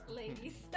ladies